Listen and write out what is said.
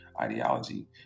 ideology